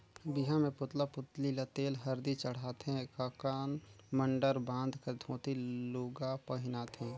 बिहा मे पुतला पुतली ल तेल हरदी चढ़ाथे ककन मडंर बांध कर धोती लूगा पहिनाथें